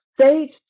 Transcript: Stage